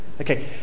Okay